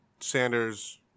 Sanders